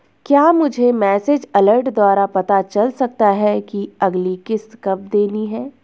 क्या मुझे message alert द्वारा पता चल सकता कि अगली किश्त कब देनी है?